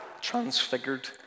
transfigured